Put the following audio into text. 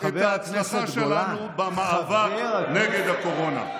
את ההצלחה שלנו במאבק נגד הקורונה?